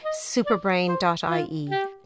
superbrain.ie